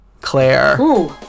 Claire